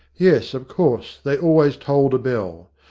yes, of course, they always tolled a bell.